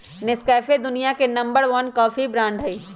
Nescafe दुनिया के number one coffee brand हई